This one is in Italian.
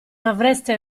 avreste